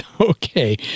okay